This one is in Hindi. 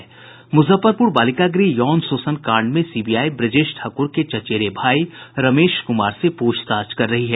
मुजफ्फरपुर बालिका गृह यौन शोषण कांड में सीबीआई ब्रजेश ठाकूर के चचेरे भाई रमेश कुमार से पूछताछ कर रही है